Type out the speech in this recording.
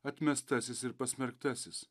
atmestasis ir pasmerktasis